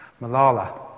Malala